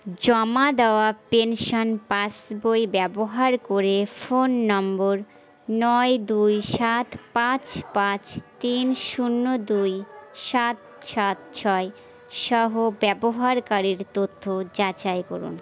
জমা দেওয়া পেনশন পাসবই ব্যবহার করে ফোন নম্বর নয় দুই সাত পাঁচ পাঁচ তিন শূন্য দুই সাত সাত ছয় সহ ব্যবহারকারীর তথ্য যাচাই করুন